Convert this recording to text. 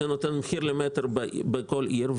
זה נותן מחיר למטר בכל עיר.